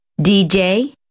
DJ